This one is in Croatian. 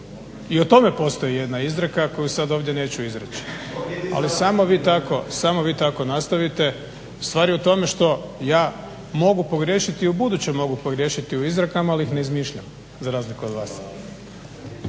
I o tome postoji jedna izreka koju sad ovdje neću izreći. Ali samo vi tako nastavite. Stvar je u tome što ja mogu pogriješiti i u buduće mogu pogriješiti u izrekama, ali ih ne izmišljam za razliku od vas.